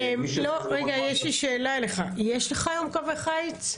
יש לך היום קווי חיץ?